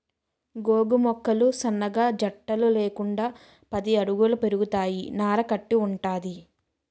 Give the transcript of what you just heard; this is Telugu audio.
గోగు మొక్కలు సన్నగా జట్టలు లేకుండా పది అడుగుల పెరుగుతాయి నార కట్టి వుంటది